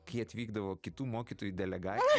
kai atvykdavo kitų mokytojų delegacijos